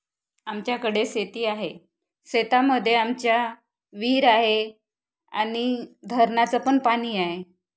आमच्याकडे शेती आहे शेतामध्ये आमच्या विहीर आहे आणि धरणाचं पण पाणी आ आहे